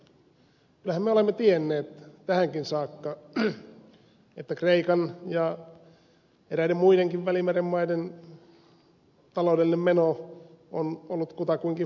kyllähän me olemme tienneet tähänkin saakka että kreikan ja eräiden muidenkin välimeren maiden taloudellinen meno on ollut kutakuinkin hulvatonta